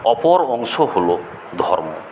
অপর অংশ হল ধর্ম